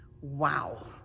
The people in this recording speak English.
Wow